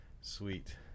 sweet